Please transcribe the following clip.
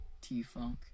T-Funk